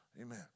Amen